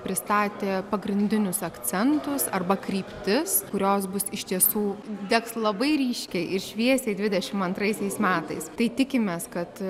pristatė pagrindinius akcentus arba kryptis kurios bus iš tiesų degs labai ryškiai ir šviesiai dvidešimt antraisiais metais tai tikimės kad